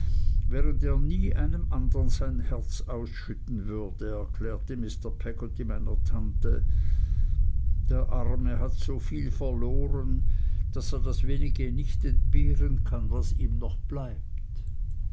während er nie einem andern sein herz ausschütten würde erklärte mr peggotty meiner tante der arme hat soviel verloren daß er das wenige nicht entbehren kann was ihm noch bleibt